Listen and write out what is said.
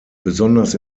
besonders